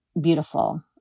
beautiful